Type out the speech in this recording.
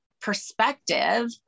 perspective